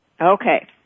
Okay